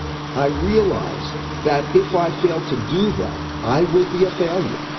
i realized that if i fail to do that, i will be a failure.